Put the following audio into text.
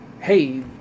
hey